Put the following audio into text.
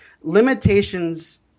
Limitations